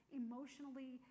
emotionally